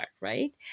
right